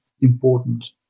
important